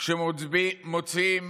כשמוציאים